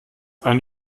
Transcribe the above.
eine